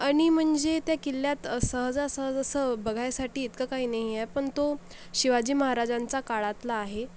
आणि म्हणजे त्या किल्ल्यात सहजासहज असं बघायसाठी इतकं काही नाही आहे पण तो शिवाजी महाराजांच्या काळातला आहे